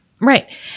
Right